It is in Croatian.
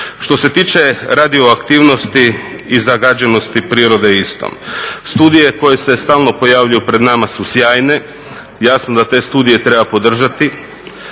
Što se tiče radioaktivnosti i zagađenosti prirode isto, studije koje se stalno pojavljuju pred nama su sjajne, jasno da te studije treba podržati,